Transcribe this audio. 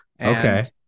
Okay